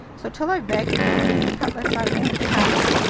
so till i've bagged an animal with cutlets, i won't be happy!